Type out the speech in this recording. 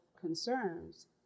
concerns